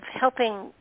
helping